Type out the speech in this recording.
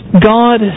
God